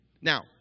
Now